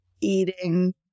eating